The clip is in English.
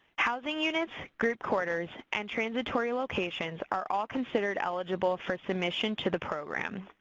housing units, group quarters, and transitory locations are all considered eligible for submission to the program.